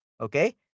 okay